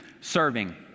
serving